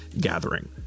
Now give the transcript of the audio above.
gathering